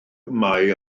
mae